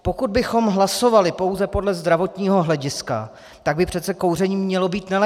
Pokud bychom hlasovali pouze podle zdravotního hlediska, tak by přece kouření mělo být nelegální.